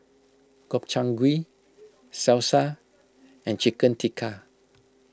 Gobchang Gui Salsa and Chicken Tikka